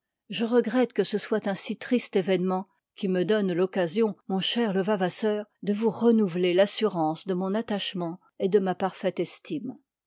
je regrette que ce soit un si triste événement qui me donne l'occasion mon cher levavasseur de vous renouveler l'assurance de mon attachement et de ma parfaite estime